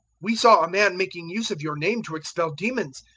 we saw a man making use of your name to expel demons,